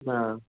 हा